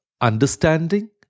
understanding